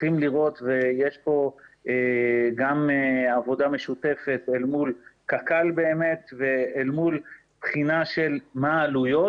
יש כאן גם עבודה משותפת אל מול קק"ל ובחינת העלויות.